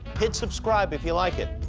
hit subscribe if you like it.